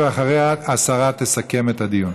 ואחריה השרה תסכם את הדיון.